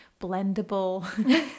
blendable